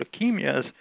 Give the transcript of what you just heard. leukemias